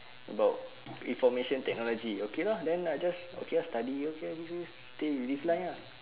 about information technology okay lah then I just okay lah study okay give you stay with this line ah